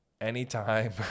anytime